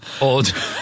old